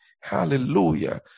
hallelujah